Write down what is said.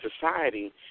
society